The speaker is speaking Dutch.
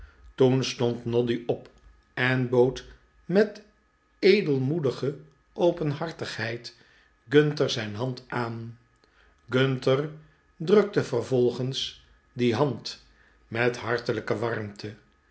toen stond noddy op en bood met edelmoedige openhartigheid gunter zijn hand aan gunter drukte vervolgens die hand met hartelijke warmte